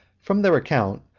from their account,